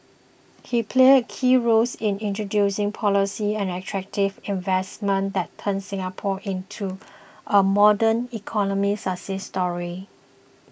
he played a key roles in introducing policies and attracting investments that turned Singapore into a modern economy success story